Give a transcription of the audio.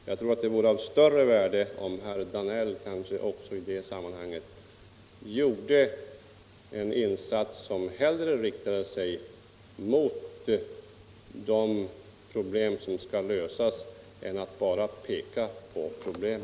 Jag tror att det vore av större värde om herr Danell i detta sammanhang gjorde en insats för att lösa problemen i stället för att bara peka på dem.